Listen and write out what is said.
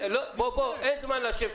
אין זמן לשבת.